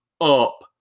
up